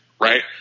right